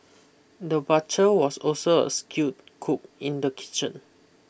the butcher was also a skilled cook in the kitchen